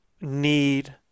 need